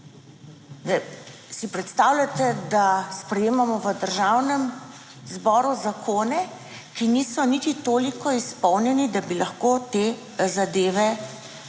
si predstavljate, da sprejemamo v Državnem zboru zakone, ki niso niti toliko izpolnjeni, da bi lahko te zadeve natančno